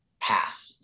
path